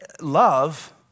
Love